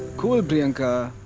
cool, priyanka.